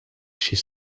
chez